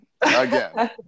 again